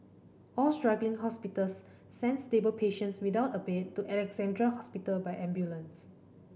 all struggling hospitals sent stable patients without a bed to Alexandra Hospital by ambulance